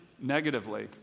negatively